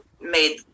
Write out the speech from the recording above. made